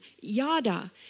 yada